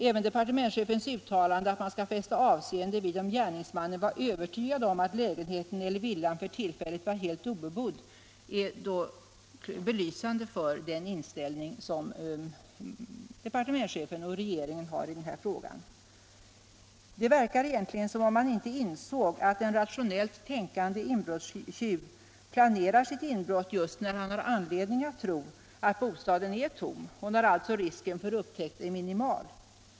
Även departementschefens uttalande att man skall fästa avseende vid om gärningsmannen var övertygad om att lägenheten eller villan för tillfället var helt obebodd är belysande för den inställning som departementschefen och regeringen har i den här frågan. Det verkar egentligen som om man inte insåg att en rationellt tänkande inbrottstjuv planerar sitt inbrott just när han har anledning att tro att bostaden är tom och när alltså risken för upptäckt är minimal.